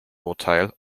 urteil